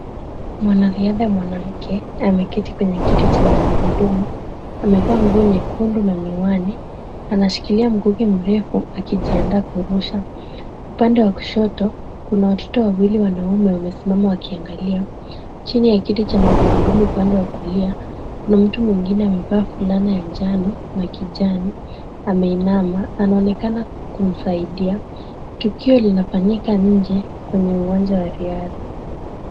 Mwanariadha mwanamke ameketi kwenye kiti cha magurudumu. Amevaa nguo nyekundu na miwani, anashikilia mkuki mrefu akijiandaa kurusha. Upande wa kushoto, kuna watoto wawili wanaumme wamesimama wakiangalia. Chini ya kiti cha magurudumu upande wa kulia kuna mtu mwengine amevaa fulana ya njano na kijani, ameinama. Anaonekana kumsaidia. Tukio linafanyika nje kwenye uwanja wa riadha.